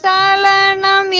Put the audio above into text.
Salanam